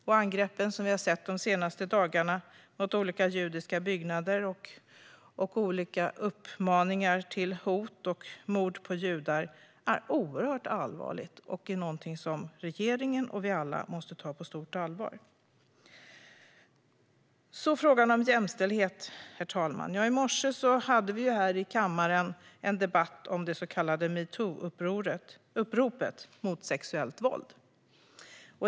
De angrepp vi har sett de senaste dagarna mot olika judiska byggnader liksom uppmaningar till hot mot och mord på judar är oerhört allvarligt. Det är något som regeringen och vi alla måste ta på stort allvar. Nu kommer jag till frågan om jämställdhet. I morse hade vi här i kammaren en debatt om det så kallade metoo-uppropet mot sexuellt våld.